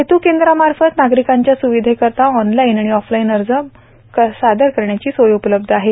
सेतू केंद्रामार्फत नागरिकांच्या सुविधेकरिता ऑनलाईन आणि ऑफलाईन अर्ज सादर करण्याची सोय उपलब्ध आहे